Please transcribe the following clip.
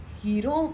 hero